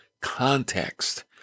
Context